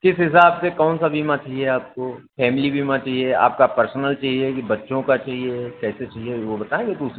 किस हिसाब से कौन सा बीमा चाहिए आपको फैमिली बीमा चाहिए आपका पर्सनल चाहिए कि बच्चों का चाहिए कैसे चाहिए वह बताएंगे तो उसी